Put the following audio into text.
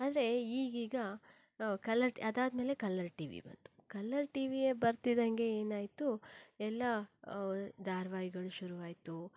ಆದರೆ ಈಗೀಗ ಕಲ್ಲರ್ ಅದಾದ ಮೇಲೆ ಕಲ್ಲರ್ ಟಿ ವಿ ಬಂತು ಕಲ್ಲರ್ ಟಿ ವಿಯೇ ಬರ್ತಿದ್ದಂಗೆ ಏನಾಯಿತು ಎಲ್ಲ ಧಾರಾವಾಹಿಗಳು ಶುರುವಾಯಿತು